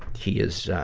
he is, ah,